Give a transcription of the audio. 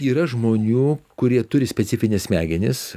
yra žmonių kurie turi specifines smegenis